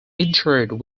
interred